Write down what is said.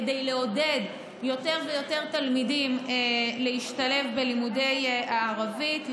כדי לעודד יותר ויותר תלמידים להשתלב בלימודי הערבית,